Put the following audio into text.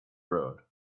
road